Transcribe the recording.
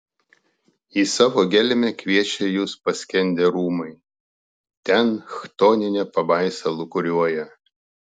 į savo gelmę kviečia jus paskendę rūmai ten chtoninė pabaisa lūkuriuoja